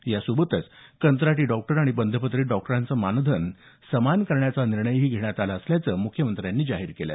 यासोबतच कंत्राटी डॉक्टर आणि बंधपत्रित डॉक्टरांचं मानधन समान करण्याचाही निर्णयही घेण्यात आला असल्याचं मुख्यमंत्र्यांनी जाहीर केलं